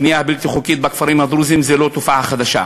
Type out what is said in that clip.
הבנייה הבלתי-חוקית בכפרים הדרוזיים היא לא תופעה חדשה.